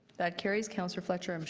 that carries. councillor, fletcher, um ch